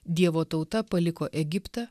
dievo tauta paliko egiptą